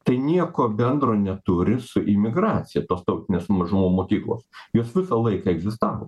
tai nieko bendro neturi su imigracija tos tautinės mažumų mokyklos jos visą laiką egzistavo